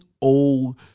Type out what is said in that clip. old